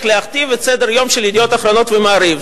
להכתיב את סדר-היום של "ידיעות אחרונות" ו"מעריב".